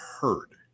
heard